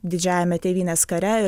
didžiajame tėvynės kare ir